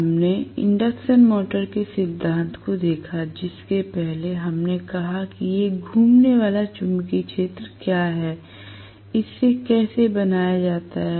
हमने induction motor के सिद्धांत को देखा जिसके पहले हमने कहा कि एक घूमने वाला चुंबकीय क्षेत्र क्या है इसे कैसे बनाया जाता है